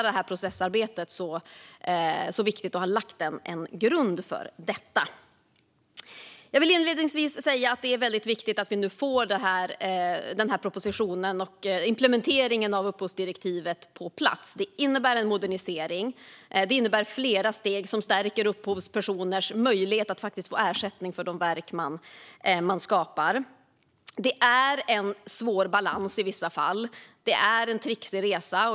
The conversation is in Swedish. Då är det viktigt att ha lagt en grund för hela processarbetet. Det är väldigt viktigt att vi nu får propositionen och implementeringen av upphovsrättsdirektivet på plats. Det innebär en modernisering. Det innebär flera steg som stärker upphovspersoners möjlighet att faktiskt få ersättning för de verk de skapar. Det är en svår balans i vissa fall. Det är en trixig resa.